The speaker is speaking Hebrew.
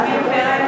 בעד מאיר פרוש,